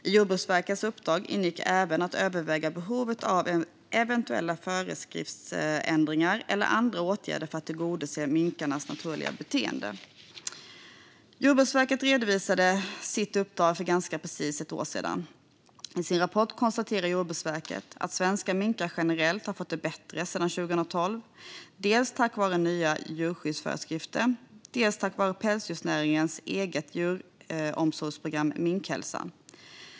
I Jordbruksverkets uppdrag ingick även att överväga behovet av eventuella föreskriftsändringar eller andra åtgärder för att tillgodose minkars naturliga beteende. Jordbruksverket redovisade sitt uppdrag för ganska precis ett år sedan. I sin rapport konstaterar Jordbruksverket att svenska minkar generellt har fått det bättre sedan 2012, dels tack vare nya djurskyddsföreskrifter, dels tack vare pälsdjursnäringens eget djuromsorgsprogram Minkhälsan.